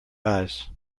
eyes